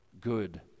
good